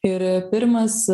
ir pirmas